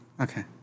Okay